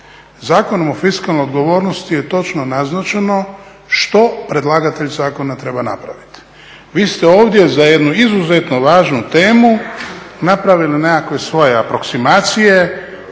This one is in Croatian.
Zakonom o fiskalnoj odgovornosti je točno naznačeno što predlagatelj zakona treba napraviti. Vi ste ovdje za jednu izuzetno važnu temu napravili nekakve svoje aproksimacije,